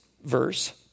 verse